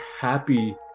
happy